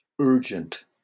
urgent